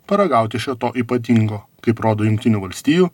paragauti šio to ypatingo kaip rodo jungtinių valstijų